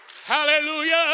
Hallelujah